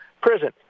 prison